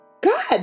God